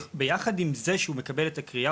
ביחד עם זה שהוא מקבל את הקריאה,